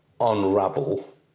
unravel